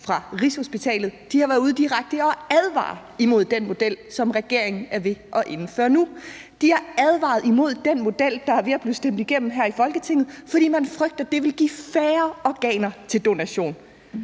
fra Rigshospitalet har været ude og direkte advare imod den model, som regeringen er ved at indføre nu. De har advaret imod den model, der er ved at blive stemt igennem her i Folketinget, fordi man frygter, at det vil give færre organer til donation,